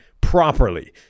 properly